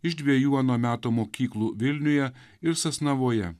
iš dviejų ano meto mokyklų vilniuje ir sasnavoje